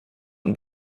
und